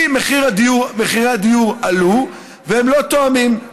כי מחירי הדיור עלו והם לא תואמים.